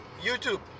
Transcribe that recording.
YouTube